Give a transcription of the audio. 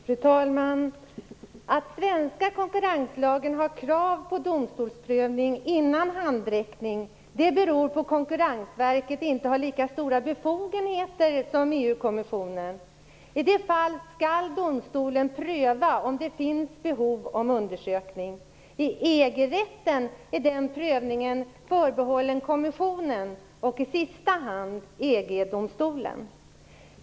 Fru talman! Att den svenska konkurrenslagen har krav på domstolsprövning innan handräckning beror på att Konkurrensverket inte har lika stora befogenheter som EU-kommissionen. I detta fall skall domstolen pröva om det finns behov av undersökning. I EG rätten är den prövningen förbehållen kommissionen och i sista hand EG-domstolen.